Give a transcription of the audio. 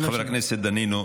חבר הכנסת דנינו,